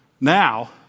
now